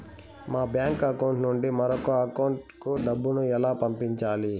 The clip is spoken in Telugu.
మా బ్యాంకు అకౌంట్ నుండి మరొక అకౌంట్ కు డబ్బును ఎలా పంపించాలి